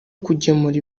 kugemura